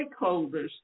stakeholders